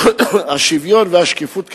השוויון והשקיפות כאמור,